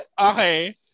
Okay